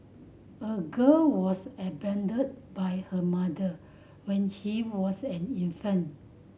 a girl was abandoned by her mother when he was an infant